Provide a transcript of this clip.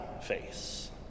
face